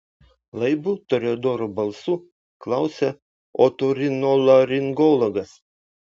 laibu toreadoro balsu klausia otorinolaringologas